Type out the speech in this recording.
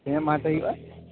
ᱛᱤᱱᱟᱹ ᱢᱟᱥ ᱦᱩᱭᱩᱜᱼᱟ